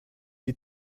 die